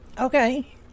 okay